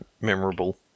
memorable